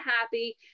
happy